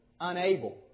unable